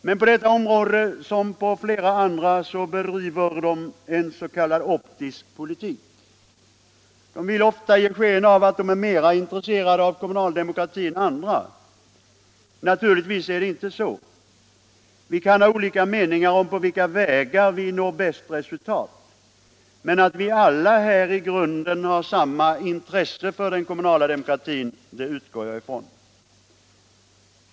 Men på detta område, som på flera andra, bedriver de en s.k. optisk politik. De vill ofta ge sken av att de är mera intresserade av kommunal demokrati än andra. Naturligtvis är det inte så. Vi kan ha olika meningar om på vilka vägar vi når bäst resultat, men att vi alla har i grunden samma intresse för den kommunala demokratin, det utgår jag ifrån.